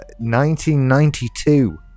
1992